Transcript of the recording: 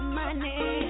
money